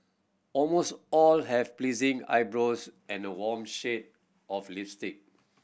almost all have pleasing eyebrows and a warm shade of lipstick